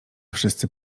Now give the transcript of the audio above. wszyscy